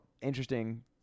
interesting